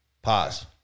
pause